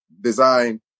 design